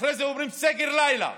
אחרי זה אומרים: סגר לילה.